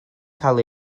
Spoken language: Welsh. cael